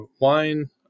wine